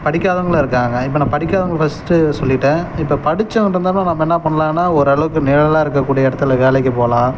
படிக்காதவங்களும் இருக்காங்க இப்போ நான் படிக்காதவங்களை ஃபர்ஸ்ட் சொல்லிட்டேன் இப்போ படிச்சவங்ககிட்டேருந்து நம்ம என்ன பண்ணலான்னா ஓரளவுக்கு நிழலாக இருக்கக்கூடிய இடத்துல வேலைக்குப் போகலாம்